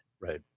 Right